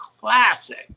classic